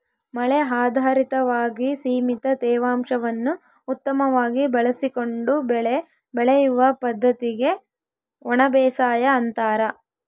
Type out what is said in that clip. ಮಳೆ ಆಧಾರಿತವಾಗಿ ಸೀಮಿತ ತೇವಾಂಶವನ್ನು ಉತ್ತಮವಾಗಿ ಬಳಸಿಕೊಂಡು ಬೆಳೆ ಬೆಳೆಯುವ ಪದ್ದತಿಗೆ ಒಣಬೇಸಾಯ ಅಂತಾರ